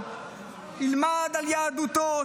ילמד על יהדותו,